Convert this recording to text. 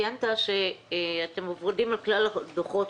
ציינת שאתם עוברים על כלל הדוחות,